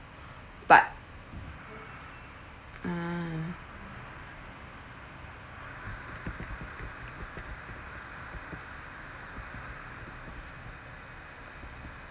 but uh